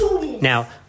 Now